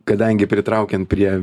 kadangi pritraukiant prie